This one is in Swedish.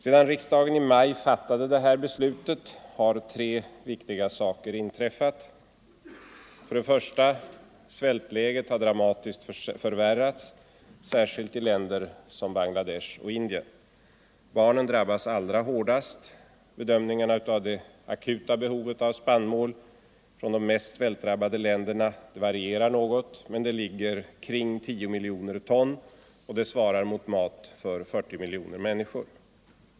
Sedan riksdagen i maj fattade detta beslut har tre viktiga saker inträffat. 1. Svältläget har dramatiskt förvärrats, särskilt i länder som Bangladesh och Indien. Barnen drabbas allra hårdast. Bedömningen av det akuta behovet av spannmål i de mest svältdrabbade länderna varierar något, men det ligger kring 10 miljoner ton. Det motsvarar mat åt 40 miljoner människor.